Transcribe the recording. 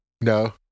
No